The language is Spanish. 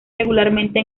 regularmente